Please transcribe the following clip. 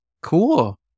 cool